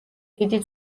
დიდი